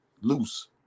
loose